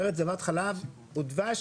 ארץ זבת חלב ודבש,